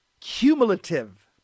cumulative